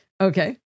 Okay